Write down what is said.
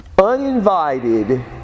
uninvited